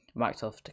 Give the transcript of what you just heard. Microsoft